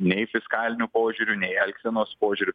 nei fiskaliniu požiūriu nei elgsenos požiūriu